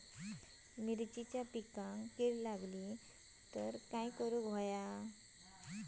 मिरचीच्या पिकांक कीड लागली तर काय करुक होया?